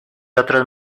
otros